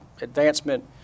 advancement